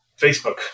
facebook